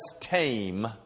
tame